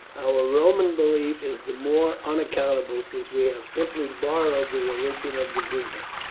our roman belief is the more unaccountable since we have simply borrowed the religion of the greeks,